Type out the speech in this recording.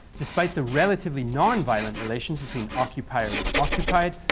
despite the relatively non-violent relations between occupiers and occupied,